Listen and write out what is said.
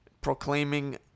proclaiming